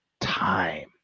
time